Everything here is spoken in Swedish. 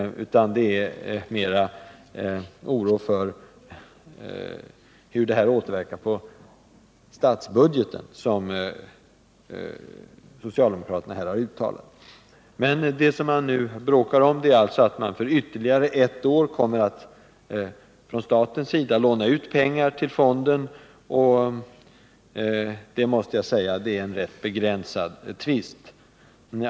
Det är i stället oro för hur detta återverkar på statsbudgeten som socialdemokraterna har uttalat. Det som man nu bråkar om är alltså att staten för ytterligare ett år kommer att låna ut pengar till fonden. Det är en rätt begränsad tvist.